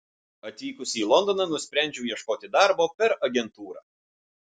atvykusi į londoną nusprendžiau ieškoti darbo per agentūrą